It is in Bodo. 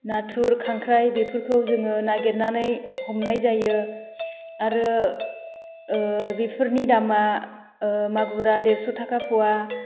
नाथुर खांख्राइ बेफोरखौ जोङो नागिरनानै हमनाय जायो आरो बेफोरनि दामा मागुरा देरस' थाखा फवा